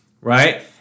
right